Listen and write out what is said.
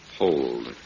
hold